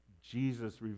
Jesus